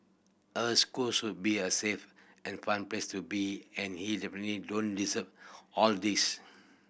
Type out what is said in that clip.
a school should be a safe and fun place to be and he definitely don't deserve all these